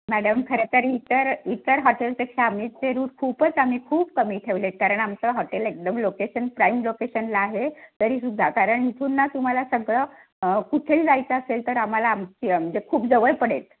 madam खरंतर इतर इतर हॉटेलपेक्षा आम्हीचे रूट खूपच आम्ही खूप कमी ठेवले आहेत कारण आमचं हॉटेल एकदम लोकेशन प्राईम लोकेशनला आहे तरी सुद्धा कारण इथून ना तुम्हाला सगळं कुठेही जायचं असेल तर आम्हाला आमची म्हणजे खूप जवळ पडेल